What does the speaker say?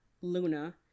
Luna